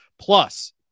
Plus